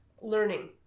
learning